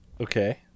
Okay